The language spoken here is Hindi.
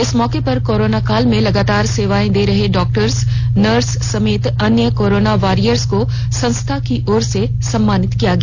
इस मौके पर कोरोना काल में लगातार सेवाएं दे रहे डॉक्टर नर्स समेत अन्य कोरोना वारियर्स को संस्था की ओर से सम्मानित किया गया